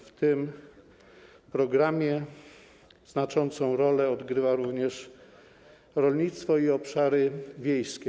W tym programie znaczącą rolę odgrywa również rolnictwo i obszary wiejskie.